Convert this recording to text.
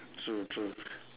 true true